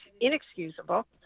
inexcusable